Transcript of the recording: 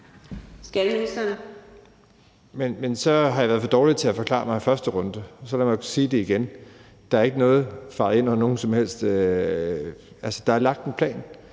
(Jeppe Bruus): Men så har jeg været for dårlig til at forklare mig i første runde, så lad mig sige det igen. Der er ikke fejet noget ind under noget som helst. Altså, der er lagt en plan.